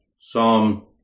Psalm